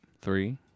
three